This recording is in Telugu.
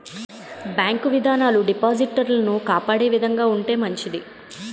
బ్యాంకు విధానాలు డిపాజిటర్లను కాపాడే విధంగా ఉంటే మంచిది